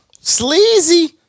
Sleazy